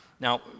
Now